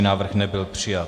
Návrh nebyl přijat.